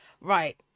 Right